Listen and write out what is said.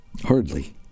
Hardly